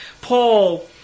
Paul